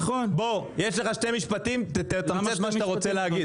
יש לך שני משפטים, תתמצת את מה שאתה רוצה להגיד.